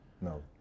No